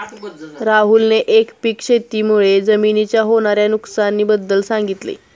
राहुलने एकपीक शेती मुळे जमिनीच्या होणार्या नुकसानी बद्दल सांगितले